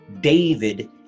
David